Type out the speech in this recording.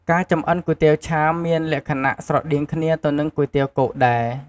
ការចម្អិនគុយទាវឆាមានលក្ខណៈស្រដៀងគ្នាទៅនឺងគុយទាវគោកដែរ។